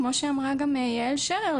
כמו שאמרה גם יעל שרר,